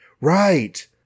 Right